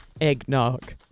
Eggnog